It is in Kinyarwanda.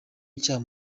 icyaha